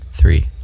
three